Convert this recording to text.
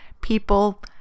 people